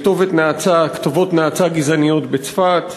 כתובות נאצה גזעניות בצפת,